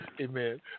amen